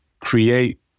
create